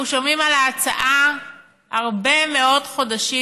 אנחנו שומעים על ההצעה הרבה מאוד חודשים.